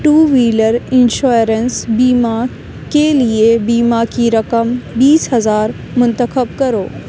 to wheeler insurance بیمہ کے لیے بیمہ کی رقم بیس ہزار منتخب کرو